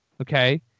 okay